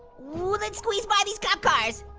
ooh, let's squeeze by these cop cars.